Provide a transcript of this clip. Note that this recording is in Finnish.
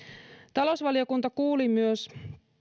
talousvaliokunta kuuli myös